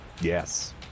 Yes